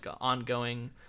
ongoing